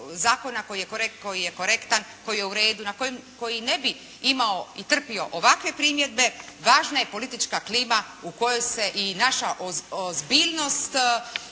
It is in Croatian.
koji je korektan, koji je u redu, koji ne bi imao i trpio ovakve primjedbe, važna je politička klima u kojoj se i naša ozbiljnost